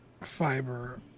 fiber